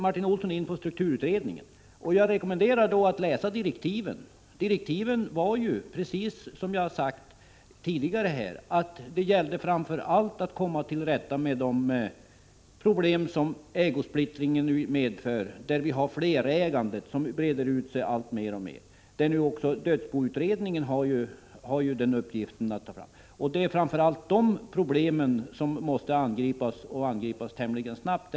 Martin Olsson åberopar vidare strukturutredningen. Jag vill då rekommendera honom att läsa direktiven till den utredningen. Enligt dem gällde det framför allt, precis som jag sade tidigare, att komma till rätta med de problem som ägosplittringen medför och som innebär att flerägandet breder ut sig alltmer — även dödsboutredningen har ju för övrigt i uppgift att utreda dessa frågor. Det är framför allt dessa problem som måste lösas, och de måste angripas tämligen snabbt.